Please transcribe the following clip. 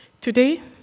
Today